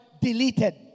deleted